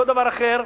לא דבר אחר,